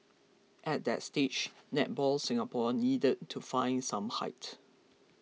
at that stage Netball Singapore needed to find some height